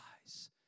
eyes